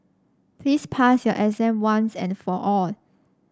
please pass your exam once and for all